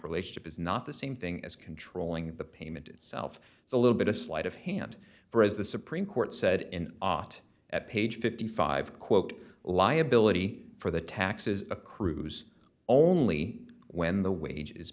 relationship is not the same thing as controlling the payment itself it's a little bit of sleight of hand for as the supreme court said in ott at page fifty five dollars quote liability for the taxes accrues only when the wage